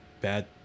bad